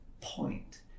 point